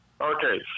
Okay